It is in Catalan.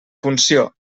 funció